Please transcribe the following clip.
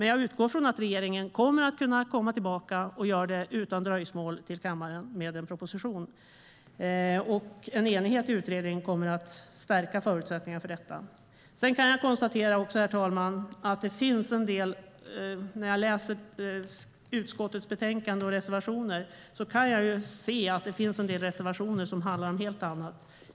Jag utgår dock från att regeringen utan dröjsmål kommer tillbaka till kammaren med en proposition. En enighet i utredningen kommer att stärka förutsättningarna för det. Herr talman! När jag läser utskottets betänkande kan jag se att det finns en del reservationer som handlar om helt andra saker.